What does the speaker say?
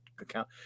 account